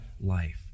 life